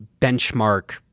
benchmark